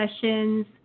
sessions